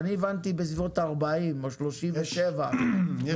אני הבנתי שבסביבות 40 או 37 מחכות.